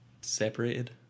Separated